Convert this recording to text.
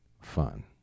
fun